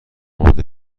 آماده